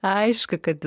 aišku kad